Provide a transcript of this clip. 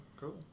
cool